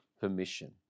permission